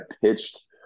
pitched